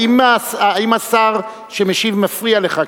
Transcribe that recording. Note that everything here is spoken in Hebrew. האם השר שמשיב מפריע לך?